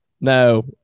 no